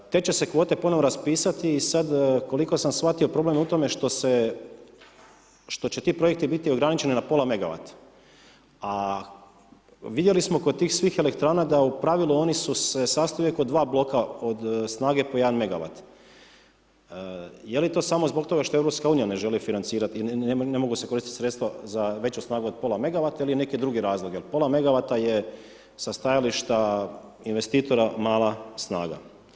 Te će se kvote ponovo raspisati i sad koliko sam shvatio problem je u tome što se, što će ti projekti biti ograničeni na pola megawata, a vidjeli smo kod tih svih elektrana da u pravilu oni su se sastoje uvijek od dva bloka od snage po 1 megawat, je li to samo zbog toga što EU ne želi financirati, ne mogu se koristit sredstava za veću snagu od pola megawata ili je neki drugi razlog, jel pola megawata je sa stajališta investitora mala snaga.